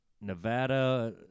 Nevada